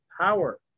power